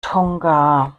tonga